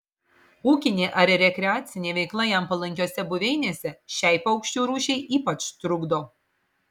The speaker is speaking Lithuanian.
ūkinė ar rekreacinė veikla jam palankiose buveinėse šiai paukščių rūšiai ypač trukdo